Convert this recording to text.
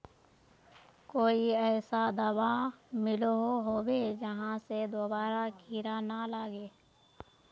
कोई ऐसा दाबा मिलोहो होबे जहा से दोबारा कीड़ा ना लागे?